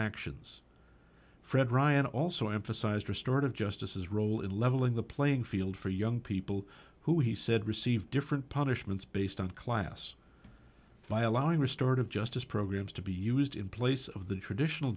actions fred ryan also emphasized restorative justice role in leveling the playing field for young people who he said receive different punishments based on class by allowing restorative justice programs to be used in place of the traditional